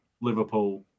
Liverpool